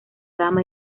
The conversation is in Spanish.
gama